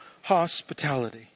hospitality